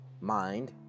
mind